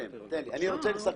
תן לי להתקדם, אני רוצה לסכם.